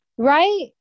Right